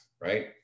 right